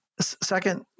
Second